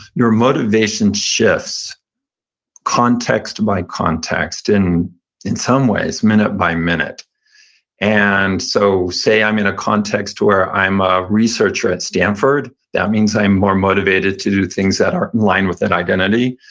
your motivation shifts context by context, in in some ways, minute by minute and so say i'm in a context where i'm a researcher at stanford. that means i am more motivated to do things that are in line with that identity.